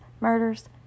murders